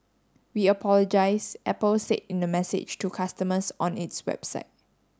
we apologise Apple said in the message to customers on its website